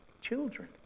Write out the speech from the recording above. children